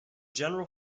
general